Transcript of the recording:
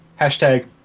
hashtag